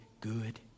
good